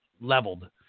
leveled